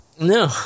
No